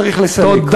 צריך לסלק.